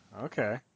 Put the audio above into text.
Okay